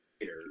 later